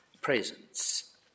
presence